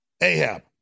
Ahab